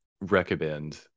recommend